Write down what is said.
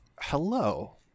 hello